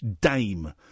Dame